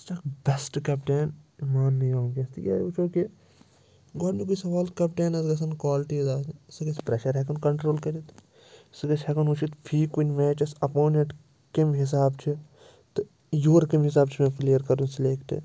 سُہ چھُ اکھ بٮ۪سٹ کٮ۪پٹین ماننہٕ یِوان وٕنکٮ۪س تِکیٛازِ وٕچھو کہِ گۄڈٕنِکُے سَوال کَپٹینس گژھن کالٹیٖز آسنہِ سُہ گژھِ پرٮ۪شَر ہٮ۪کُن کَنٹرول کٔرِتھ سُہ گژھِ ہٮ۪کُن وُچھِتھ فی کُنہِ مٮ۪چَس اَپونٮ۪نٛٹ کیٚمہِ حِساب چھِ تہٕ یور کَمہِ حِساب چھُ مےٚ پلیَر کَرُن سِلٮ۪کٹ